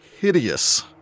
hideous